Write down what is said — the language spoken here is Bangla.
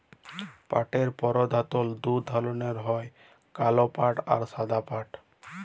পাটের পরধালত দু ধরলের হ্যয় কাল পাট আর সাদা পাট